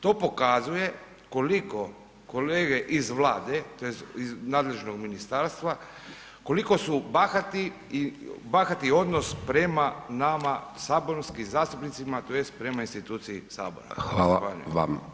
To pokazuje koliko kolege iz Vlade tj. iz nadležnog ministarstva, koliko su bahati i bahati odnos prema nama saborskim zastupnicima tj. prema instituciji Sabora.